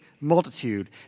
multitude